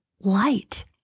light